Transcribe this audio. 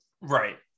right